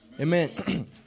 Amen